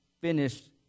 finished